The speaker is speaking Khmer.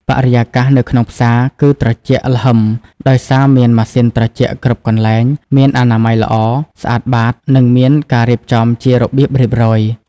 បរិយាកាសនៅក្នុងផ្សារគឺត្រជាក់ល្ហឹមដោយសារមានម៉ាស៊ីនត្រជាក់គ្រប់កន្លែង មានអនាម័យល្អ ស្អាតបាត និងមានការរៀបចំជារបៀបរៀបរយ។